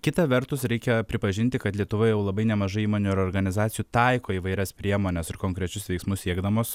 kita vertus reikia pripažinti kad lietuva jau labai nemažai įmonių ir organizacijų taiko įvairias priemones ir konkrečius veiksmus siekdamos